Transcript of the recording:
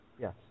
Yes